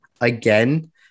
again